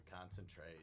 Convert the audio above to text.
concentrate